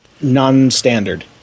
non-standard